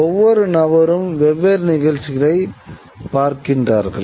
ஒவ்வொரு நபரும் வெவ்வேறு நிகழ்ச்சிகளைப் பார்க்கிறார்கள்